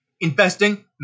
Investing